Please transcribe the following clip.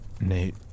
Nate